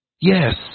Yes